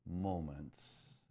moments